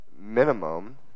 minimum